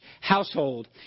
household